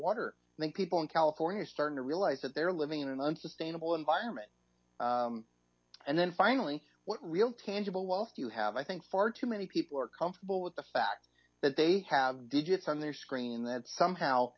water make people in california starting to realize that they're living in an unsustainable environment and then finally what real tangible wealth you have i think far too many people are comfortable with the fact that they have digits on their screen that somehow